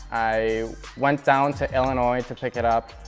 i went down to illinois to pick it up.